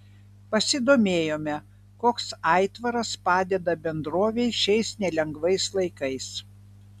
pasidomėjome koks aitvaras padeda bendrovei šiais nelengvais laikais